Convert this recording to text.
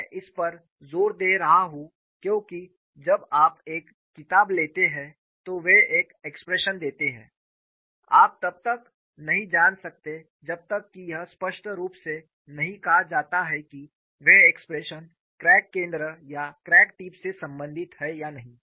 मैं इस पर जोर दे रहा हूं क्योंकि जब आप एक किताब लेते हैं तो वे एक एक्सप्रेशन देते हैं आप तब तक नहीं जान सकते जब तक कि यह स्पष्ट रूप से नहीं कहा जाता है कि वे एक्प्रेशन क्रैक केंद्र या क्रैक टिप से संबंधित हैं या नहीं